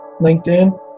LinkedIn